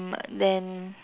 then